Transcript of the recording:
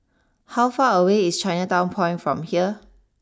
how far away is Chinatown Point from here